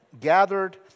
gathered